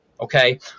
okay